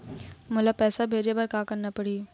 मोला पैसा भेजे बर का करना पड़ही?